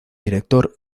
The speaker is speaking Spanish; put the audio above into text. director